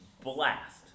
blast